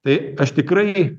tai aš tikrai